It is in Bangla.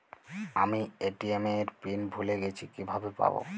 আমি এ.টি.এম এর পিন ভুলে গেছি কিভাবে পাবো?